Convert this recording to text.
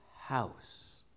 house